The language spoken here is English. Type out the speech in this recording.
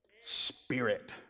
Spirit